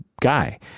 guy